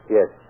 Yes